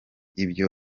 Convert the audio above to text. ibyo